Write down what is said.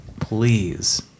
please